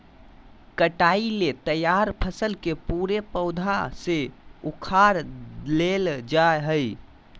कटाई ले तैयार फसल के पूरे पौधा से उखाड़ लेल जाय हइ